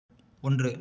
ஒன்று